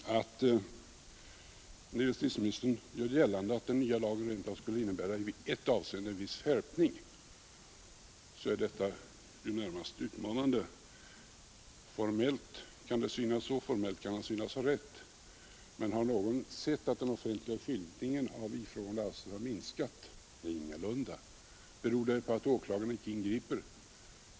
Justitieministern gör gällande att den nya lagen i ett avseende rent av skulle innebära en viss skärpning. Detta är närmast utmanande. Formellt kan han synas ha rätt, men har någon sett att den offentliga skyltningen av ifrågavarande alster har minskat? Ingalunda. Beror det på att åklagarna icke ingriper?